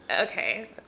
okay